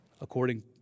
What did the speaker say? According